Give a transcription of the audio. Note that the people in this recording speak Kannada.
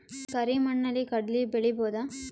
ಕರಿ ಮಣ್ಣಲಿ ಕಡಲಿ ಬೆಳಿ ಬೋದ?